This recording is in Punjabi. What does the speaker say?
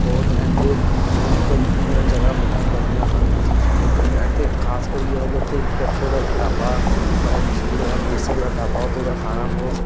ਔਰ ਇੱਥੇ ਹੋਰ ਵੀ ਬੜੀ ਆਂ ਜਗ੍ਹਾ ਦੇਖਣ ਵਾਲੀਆਂ ਹਨ ਲੇਕਿਨ ਇੱਥੇ ਖ਼ਾਸ ਕਰ ਯੇ ਹੈਗੇ ਇੱਥੇ ਇੱਕ ਇੱਥੋਂ ਦਾ ਇੱਕ ਢਾਬਾ ਬੜਾ ਮਸ਼ਹੂਰ ਹੋਇਆ ਕੇਸਰ ਦਾ ਢਾਬਾ ਉੱਥੋਂ ਦਾ ਖਾਣਾ ਬਹੁਤ